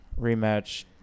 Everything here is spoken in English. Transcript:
rematch